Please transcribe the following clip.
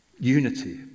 unity